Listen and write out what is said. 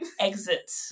exit